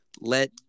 let